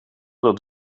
dat